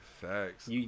Facts